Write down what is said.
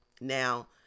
Now